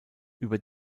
über